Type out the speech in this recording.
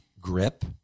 grip